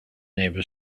neighbor